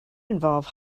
involve